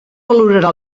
valorarà